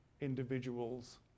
individuals